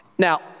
Now